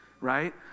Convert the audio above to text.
right